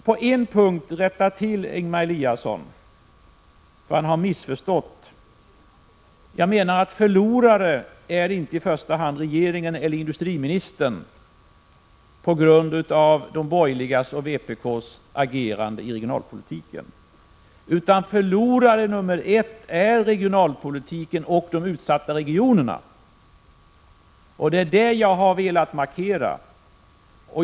På en punkt vill jag rätta Ingemar Eliasson, eftersom han har missförstått mig. Jag menar att de som förlorar på de borgerligas och vpk:s agerande när det gäller regionalpolitiken inte i första hand är regeringen eller industriministern, utan förlorare nummer ett är regionalpolitiken och de utsatta regionerna. Det är detta jag har velat markera.